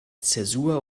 zäsur